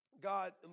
God